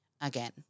again